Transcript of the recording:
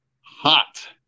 Hot